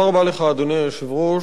אדוני היושב-ראש,